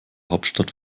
hauptstadt